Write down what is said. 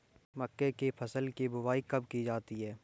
मक्के की फसल की बुआई कब की जाती है?